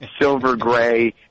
silver-gray